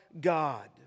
God